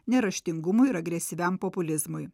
neraštingumui ir agresyviam populizmui